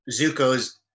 Zuko's